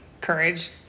courage